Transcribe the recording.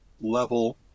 level